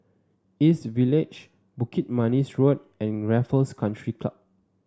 East Village Bukit Manis Road and Raffles Country Club